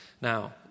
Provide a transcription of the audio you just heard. Now